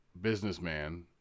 businessman